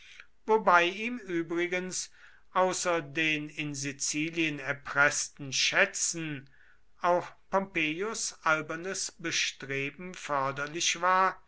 wobei ihm übrigens außer den in sizilien erpreßten schätzen auch pompeius albernes bestreben förderlich war